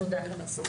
תודה רבה.